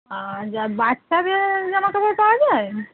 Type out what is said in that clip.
আর যা বাচ্চাদের জামাকাপড় পাওয়া যায়